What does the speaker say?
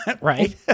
Right